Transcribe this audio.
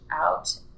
out